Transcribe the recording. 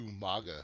Umaga